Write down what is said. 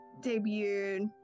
debuted